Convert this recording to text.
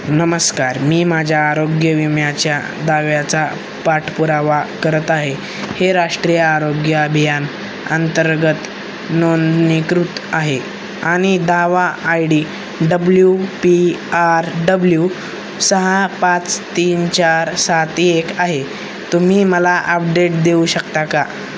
नमस्कार मी माझ्या आरोग्य विम्याच्या दाव्याचा पाठपुरावा करत आहे हे राष्ट्रीय आरोग्य अभियान अंतर्गत नोंदणीकृत आहे आणि दावा I D W P R W सहा पाच तीन चार सात एक आहे तुम्ही मला आपडेट देऊ शकता का